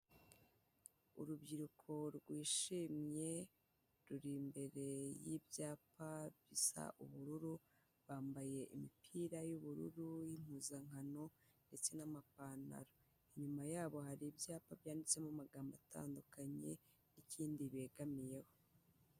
Urubyiruko rwishimye ruri imbere y'ibyapa bisa ubururu bambaye imipira y'ubururu y'impuzankano ndetse n'amapantaro. Inyuma yabo hari ibyapa byanditsemo amagambo atandukanye n'ikindi begamiyeho.